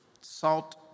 salt